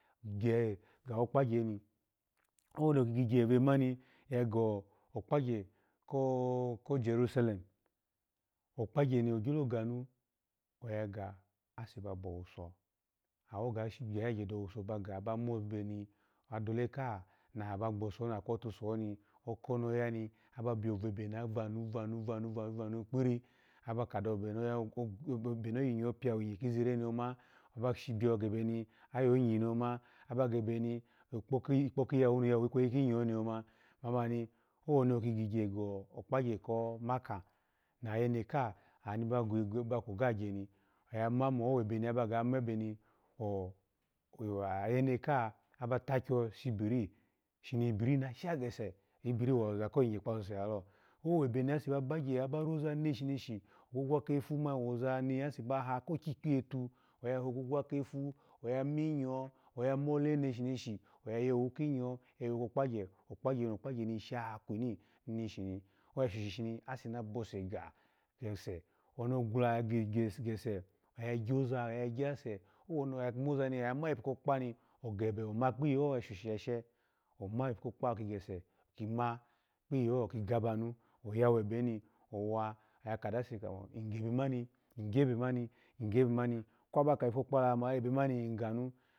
Gyehe ga wo kpagye ni owoni ogebe mani ya gawo kpagye ko ojeresulem kpagye no gyo oya ga ase ba bowuso awos geyegye do wuso ba ga ba moza ni adohe ka na ba gbosoni na kwohu sozi okoni oyani aba biyo vebe ni ovanu, vanu vanu vanu kpiri aba kaduyo mo ebe ni ayingyawo bya winyi kizira ni yo ma aba byo gebeni ayo nyini yoma aba gebe ni ikpoki ayawu ikwe kinyawo niyo ma, mamani, owoni oki go kpagye koma ka ayenu ka a ni ba kwogo agyeni, oya mamo owebuni ayu neka aba tagyo pibir, shibir na shege se, ibiri wa za ko yigye kpasusulalo, owe be osu ba rona aneshi neshi aba hokwokwa kefu woza nase baha agwogwo kefu ya kikpiye tonesh neshi, oya ya mole neshi nesh oya minyowo ya vokpag ye aya yawu okpagye shaneshi kwini eshi oya shoshi shini ase na bose gya gese, owoni oya gwula ya kese oya gyoa, oya gya se, owoni omuza ni oma ipu okpu gebe oma kpiyoho oyo, shoshi ya she, oma ipu kokpa oki kese ki ma kpiyiho ki gaba nu oyawo ebeni owa oya kadase mo igebe mani igyebe mani, igyebe mani kwaba ka ipu kokpa la amo iyi ebe maniganu.